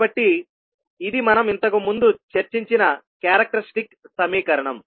కాబట్టి ఇది మనం ఇంతకుముందు చర్చించిన క్యారెక్టర్స్టిక్ సమీకరణం